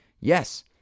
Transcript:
Yes